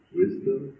wisdom